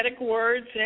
words